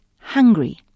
hungry